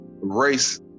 race